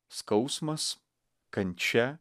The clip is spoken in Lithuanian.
skausmas kančia